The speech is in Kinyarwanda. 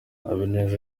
habineza